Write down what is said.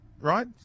right